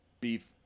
beef